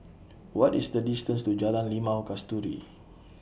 What IS The distance to Jalan Limau Kasturi